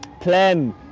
Plan